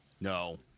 No